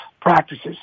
practices